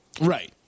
right